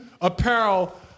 apparel